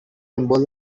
rainbow